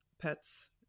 pets